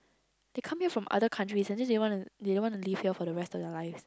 they come here from other countries and then they just wanna they wanna live here for the rest of their life